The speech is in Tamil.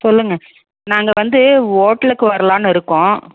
சொல்லுங்கள் நாங்கள் வந்து ஹோட்டலுக்கு வரலாம்னு இருக்கோம்